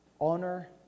Honor